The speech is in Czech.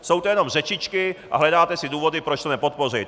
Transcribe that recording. Jsou to jenom řečičky a hledáte si důvody, proč to nepodpořit.